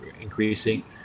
increasing